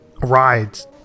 rides